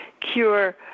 cure